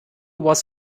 was